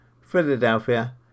Philadelphia